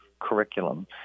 Curriculum